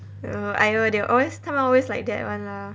!aiyo! they always 他们 always like that [one] lah